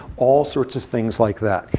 all sorts of things like that.